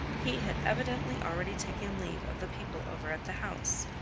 he had evidently already taken leave of the people over at the house,